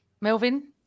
Melvin